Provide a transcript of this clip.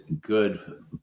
good